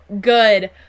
good